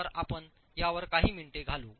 तर आपण यावर काही मिनिटे घालवू